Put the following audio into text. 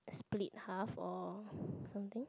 split half or something